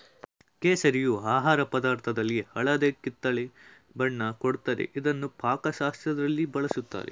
ಕೇಸರಿಯು ಆಹಾರ ಪದಾರ್ಥದಲ್ಲಿ ಹಳದಿ ಕಿತ್ತಳೆ ಬಣ್ಣ ಕೊಡ್ತದೆ ಇದ್ನ ಪಾಕಶಾಸ್ತ್ರದಲ್ಲಿ ಬಳುಸ್ತಾರೆ